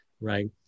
right